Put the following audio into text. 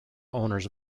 owners